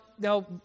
Now